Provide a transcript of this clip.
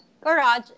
garage